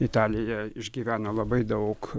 italija išgyvena labai daug